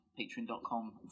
patreon.com